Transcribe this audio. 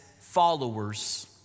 followers